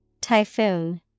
Typhoon